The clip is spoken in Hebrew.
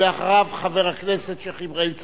ואחריו, חבר הכנסת שיח' אברהים צרצור.